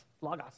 Logos